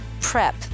PREP